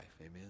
Amen